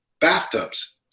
bathtubs